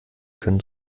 können